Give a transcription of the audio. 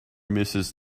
mrs